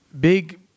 big